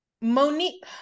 Monique